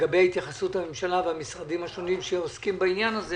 לגבי התייחסות הממשלה והמשרדים השונים שעוסקים בעניין הזה